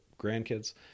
grandkids